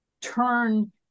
turn